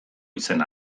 izena